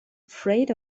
afraid